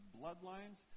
bloodlines